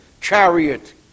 chariot